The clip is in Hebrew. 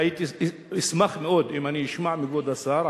אשמח מאוד אם אשמע מכבוד השר,